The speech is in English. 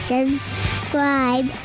Subscribe